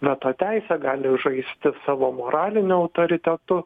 veto teise gali žaist savo moraliniu autoritetu